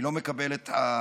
אני לא מקבל את האמירות,